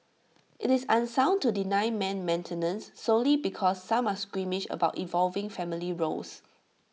IT is unsound to deny men maintenance solely because some are squeamish about evolving family roles